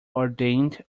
ordained